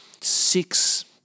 Six